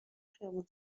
خیابون